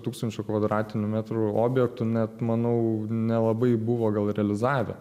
tūkstančių kvadratinių metrų objektų net manau nelabai buvo gal realizavę